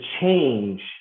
change